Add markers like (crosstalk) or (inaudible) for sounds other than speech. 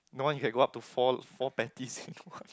no one can go up to four four patties (laughs)